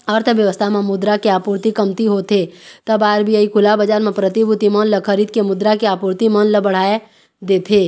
अर्थबेवस्था म मुद्रा के आपूरति कमती होथे तब आर.बी.आई खुला बजार म प्रतिभूति मन ल खरीद के मुद्रा के आपूरति मन ल बढ़ाय देथे